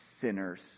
Sinners